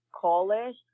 college